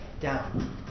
down